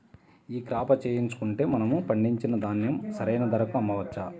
ఈ క్రాప చేయించుకుంటే మనము పండించిన ధాన్యం సరైన ధరకు అమ్మవచ్చా?